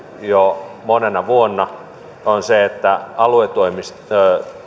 jo monena vuonna on se että aluetoimitusten